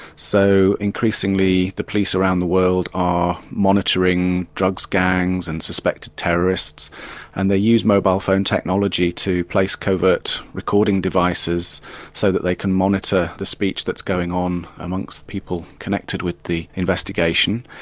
so increasingly the police around the world are monitoring drugs gangs and suspected terrorists and they use mobile phone technology to place covert recording devices so that they can monitor the speech that's going on amongst people connected with the investigation.